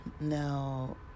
Now